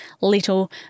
little